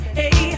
hey